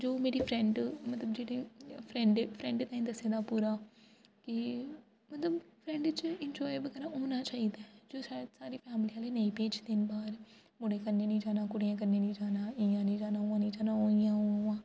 जो मेरी फ्रेंड मतलब जेह्ड़े फ्रेंडे फ्रेंडे ताहीं दस्से दा पूरा की मतलब फ्रेंड च एन्जॉय बक्खरा होना चाहिदा साढ़े फैमली आह्ले नेईं भेजदे न बाह्र मुड़े कन्नै नेईं जाना कुड़ियै कन्नै नेईं जाना इ'यां निं जाना उ'आं निं जाना इ'यां उ'आं